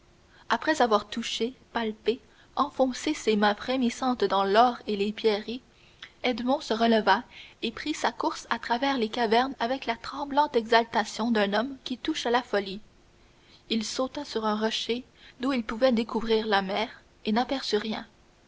après avoir touché palpé enfoncé ses mains frémissantes dans l'or et les pierreries edmond se releva et prit sa course à travers les cavernes avec la tremblante exaltation d'un homme qui touche à la folie il sauta sur un rocher d'où il pouvait découvrir la mer et n'aperçut rien